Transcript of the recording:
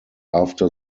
after